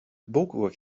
beaucoup